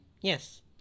yes